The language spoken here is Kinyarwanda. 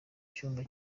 cyumba